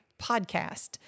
podcast